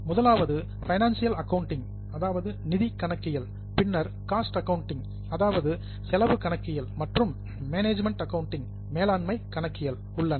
முதலாவது financial accounting அதாவது நிதி கணக்கியல் பின்னர் காஸ்ட் அக்கவுண்டிங் அதாவது செலவு கணக்கியல் மற்றும் மேனேஜ்மென்ட் அக்கவுண்டிங் மேலாண்மை கணக்கியல் உள்ளன